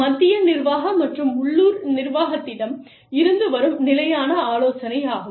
மத்திய நிர்வாக மற்றும் உள்ளூர் நிர்வாகத்திடம் இருந்து வரும் நிலையான ஆலோசனை ஆகும்